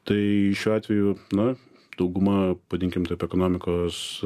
tai šiuo atveju na dauguma vadinkim taip ekonomikos